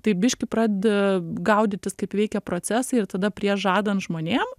tai biški pradedi gaudytis kaip veikia procesai ir tada prieš žadant žmonėm